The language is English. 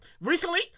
recently